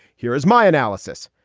here is my analysis.